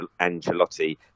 Angelotti